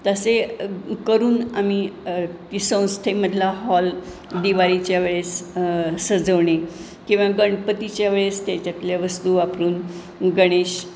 तसे करून आम्ही संस्थेमधला हॉल दिवाळीच्या वेळेस सजवणे किंवा गणपतीच्या वेळेस त्याच्यातल्या वस्तू वापरून गणेश